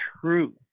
true